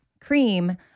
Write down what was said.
cream